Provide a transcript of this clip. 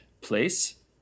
place